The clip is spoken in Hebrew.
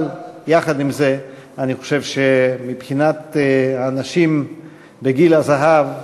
אבל יחד עם זה, אני חושב שמבחינת אנשים בגיל הזהב,